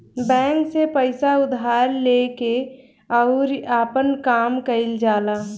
bank से पइसा उधार लेके अउरी आपन काम कईल जाला